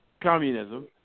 Communism